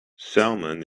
salmon